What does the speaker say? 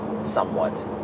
somewhat